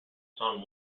sun